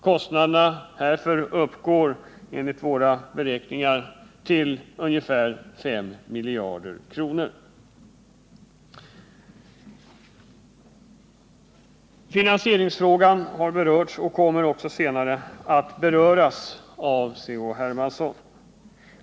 Kostnaderna härför uppgår enligt våra beräkningar till ungefär 5 miljarder kronor. Finansieringsfrågan har berörts och kommer också senare att beröras av C.-H. Hermansson.